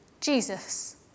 Jesus